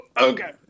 okay